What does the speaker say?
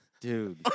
dude